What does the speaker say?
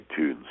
iTunes